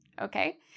okay